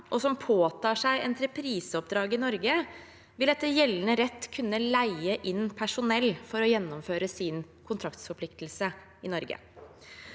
og som påtar seg entrepriseoppdrag i Norge, vil etter gjeldende rett kunne leie inn personell for å gjennomføre sin kontraktsforpliktelse her.